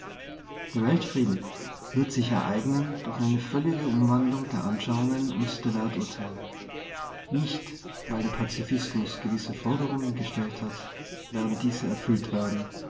der weltfrieden wird sich ereignen durch eine völlige umwandlung der anschauungen und der werturteile nicht weil der pazifismus gewisse forderungen gestellt hat werden diese erfüllt werden